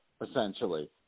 essentially